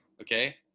Okay